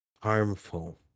harmful